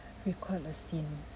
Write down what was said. recall a scene